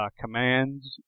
commands